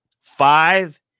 five